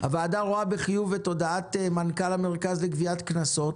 הוועדה רואה בחיוב את הודעת מנכ"ל המרכז לגביית קנסות